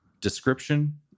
Description